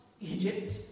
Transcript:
Egypt